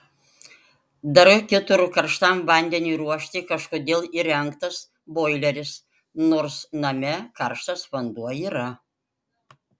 dar kitur karštam vandeniui ruošti kažkodėl įrengtas boileris nors name karštas vanduo yra